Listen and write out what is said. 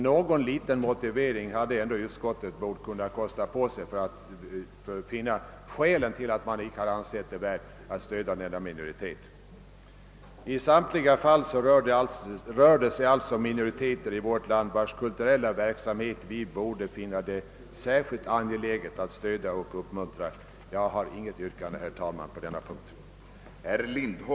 Någon liten motivering borde ändå utskottet ha kunnat kosta på sig för att ange skälen till varför utskottet inte anser det värt att stödja denna minoritet. I samtliga fall rör det sig alltså om minoriteter i vårt land, vilkas kulturella verksamhet vi borde finna det särskilt angeläget att stödja och uppmuntra. Herr talman! Jag har inget yrkande.